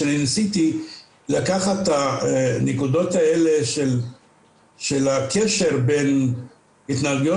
שאני ניסיתי לקחת את הנקודות האלה של הקשר בין התנהגויות